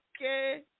Okay